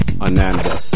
Ananda